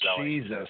Jesus